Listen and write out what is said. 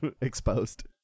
exposed